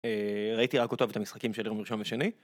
ראיתי רק אותו ואת המשחקים של יום ראשון ושני